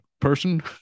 person